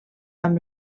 amb